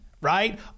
right